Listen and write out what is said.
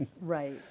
Right